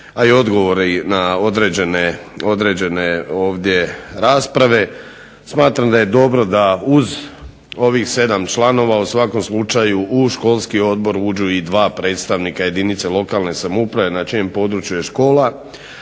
odgovori na određene ovdje rasprave, smatram da je dobro da uz ovih 7 članova u svakom slučaju u školski odbor uđu i 2 predstavnika jedinice lokalne samouprave na čijem području je škola,